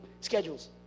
schedules